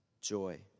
joy